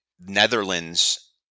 Netherlands